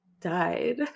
died